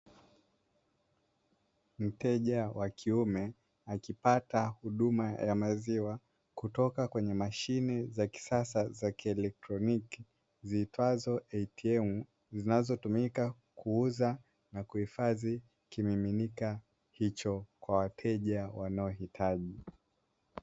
Mteja wa kiume akipata huduma ya maziwa kutoka kwenye mashine za kisasa za kieletroniki ziitwazo “ATM”, zinazotumika kuuza na kuhifadhi kimiminika hicho kwa wateja wanaohitaji.